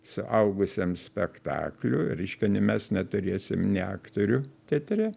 suaugusiems spektaklių reiškia mes neturėsim aktorių teatre